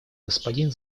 господин